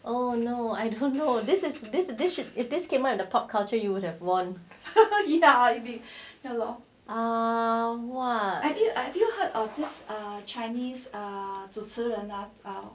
oh no I don't know this is this if this came up with the pop culture you would have won !wah!